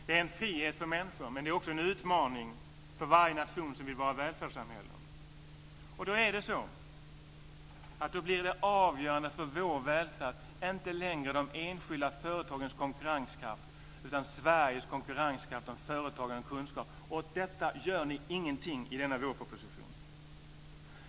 Det är en frihet för människor, men det är också en utmaning för varje nation som vill vara ett välfärdssamhälle. Då blir det avgörande för vår välfärd inte längre de enskilda företagens konkurrenskraft utan Sveriges konkurrenskraft om företagande och kunskap. Åt detta gör ni ingenting i denna vårproposition.